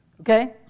Okay